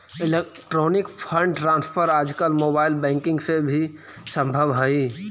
electronic fund transfer आजकल mobile banking से भी संभव हइ